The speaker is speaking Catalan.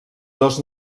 dos